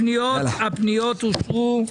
הפניות אושרו.